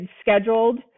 scheduled